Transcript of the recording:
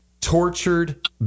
tortured